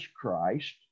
Christ